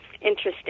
interesting